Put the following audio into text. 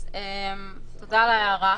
תודה על ההערה.